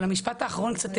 אבל המשפט האחרון קצת